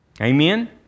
Amen